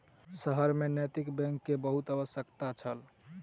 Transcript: शहर में नैतिक बैंक के बहुत आवश्यकता छल